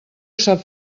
sap